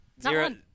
Zero